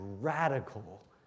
radical